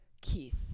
Keith